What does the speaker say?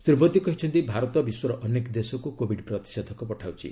ଶ୍ରୀ ମୋଦୀ କହିଛନ୍ତି ଭାରତ ବିଶ୍ୱର ଅନେକ ଦେଶକୁ କୋବିଡ୍ ପ୍ରତିଷେଧକ ପଠାଉଛି